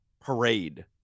parade